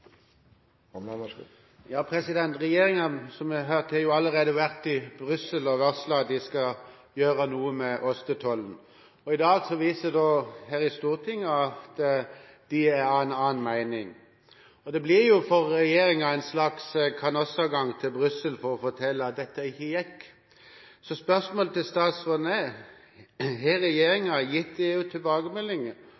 Som vi hørte, har regjeringen allerede vært i Brussel og varslet at de skal gjøre noe med ostetollen. I dag viser de her i Stortinget at de er av en annen mening, og da blir det jo for regjeringen en slags kanossagang til Brussel for å fortelle at dette ikke gikk. Så mine spørsmål til statsråden er: Har